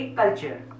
culture